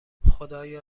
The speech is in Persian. خدایا